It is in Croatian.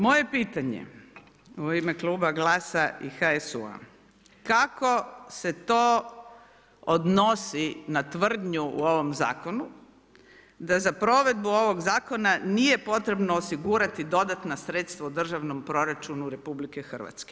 Moje pitanje u ime kluba GLAS-a i HSU-a, kako se to odnosi na tvrdnju u ovom zakonu da za provedbu ovog zakona nije potrebno osigurati dodatna sredstva u državnom proračunu RH?